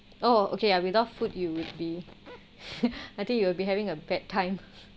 oh okay I without food you would be I think you will be having a bad time